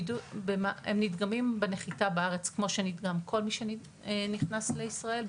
הם נדגמים בנחיתה בארץ כמו שנדגם כל מי שנכנס לישראל,